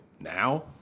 now